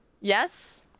Yes